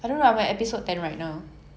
it's okay it's okay